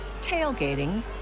tailgating